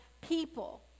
people